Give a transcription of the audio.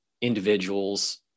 individuals